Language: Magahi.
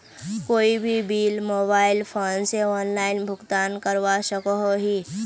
कोई भी बिल मोबाईल फोन से ऑनलाइन भुगतान करवा सकोहो ही?